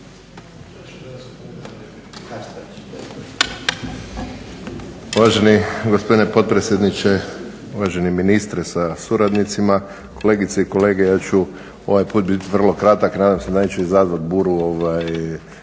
Uvaženi gospodine potpredsjedniče, uvaženi ministre sa suradnicima, kolegice i kolege. Ja ću ovaj put biti vrlo kratak, nadam se da neću izazvat buru